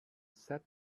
sat